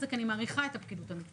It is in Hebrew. זה כי אני מעריכה את הפקידות המקצועית